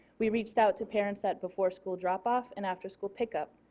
we reached out to parents at before school drop off and afterschool pickup.